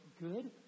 good